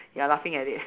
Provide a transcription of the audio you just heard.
you're laughing at it